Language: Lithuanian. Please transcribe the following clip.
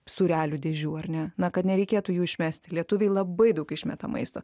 sūrelių dėžių ar ne na kad nereikėtų jų išmest lietuviai labai daug išmeta maisto